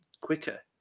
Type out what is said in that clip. quicker